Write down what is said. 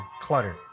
clutter